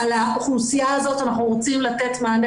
על האוכלוסייה הזאת אנחנו רוצים לתת מענה